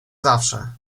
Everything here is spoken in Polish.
zawsze